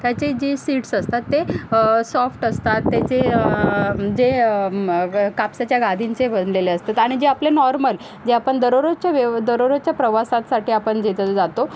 त्याचे जे सीट्स असतात ते सॉफ्ट असतात त्याचे जे मग कापसाच्या गादींचे बनलेले असतात आणि जे आपले नॉर्मल जे आपण दररोजच्या व्यव दररोजच्या प्रवासासाठी आपण जिथं जातो